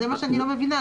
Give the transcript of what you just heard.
זה מה שאני לא מבינה.